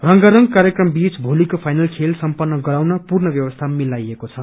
रंगारंग कार्यक्रम बीच भोलीको फाइनल खेल सम्पन्न गराउन पूर्ण व्यवस्था मिलाइएको छ